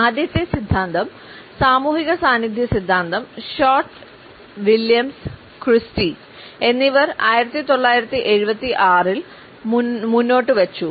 ആദ്യത്തെ സിദ്ധാന്തം സാമൂഹിക സാന്നിധ്യ സിദ്ധാന്തം ഷോർട്ട് വില്യംസ് ക്രിസ്റ്റി എന്നിവർ 1976 ൽ മുന്നോട്ടുവച്ചു